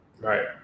Right